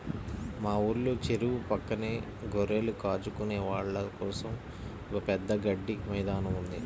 మా ఊర్లో చెరువు పక్కనే గొర్రెలు కాచుకునే వాళ్ళ కోసం ఒక పెద్ద గడ్డి మైదానం ఉంది